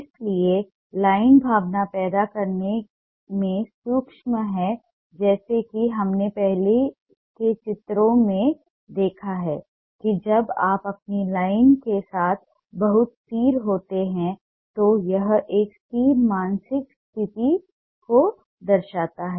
इसलिए लाइन भावना पैदा करने में सक्षम है जैसा कि हमने पहले के चित्रों में देखा है कि जब आप अपनी लाइन के साथ बहुत स्थिर होते हैं तो यह एक स्थिर मानसिक स्थिति को दर्शाता है